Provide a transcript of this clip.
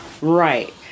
right